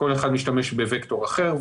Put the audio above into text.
כל אחד משתמש בווקטור אחר,